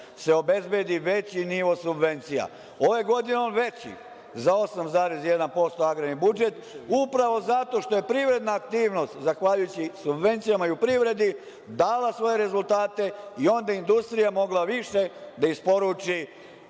se obezbedi veći nivo subvencija. Ove godine je on veći za 8,1% agrarni budžet, upravo zato što je privredna aktivnost zahvaljujući subvencijama i u privredi dala svoje rezultate i onda je industrija mogla više da isporuči